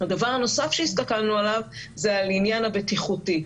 הדבר הנוסף שהסתכלנו עליו זה על העניין הבטיחותי.